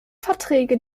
verträge